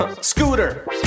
Scooter